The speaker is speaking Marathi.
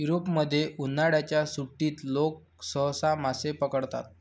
युरोपमध्ये, उन्हाळ्याच्या सुट्टीत लोक सहसा मासे पकडतात